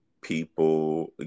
people